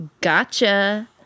Gotcha